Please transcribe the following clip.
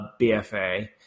BFA